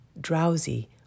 drowsy